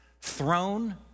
throne